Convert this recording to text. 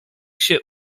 się